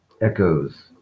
echoes